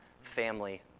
family